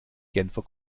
genfer